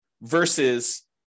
versus